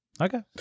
Okay